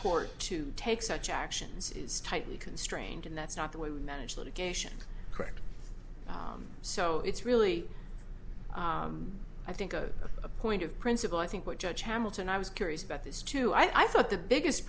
court to take such actions is tightly constrained and that's not the way we manage litigation correct so it's really i think a point of principle i think what judge hamilton i was curious about this too i thought the biggest